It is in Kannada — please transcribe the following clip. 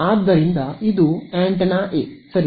ಆದ್ದರಿಂದ ಇದು ಆಂಟೆನಾ ಎ ಸರಿ